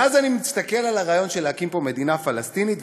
ואז אני מסתכל על הרעיון של להקים פה מדינה פלסטינית,